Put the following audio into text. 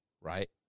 right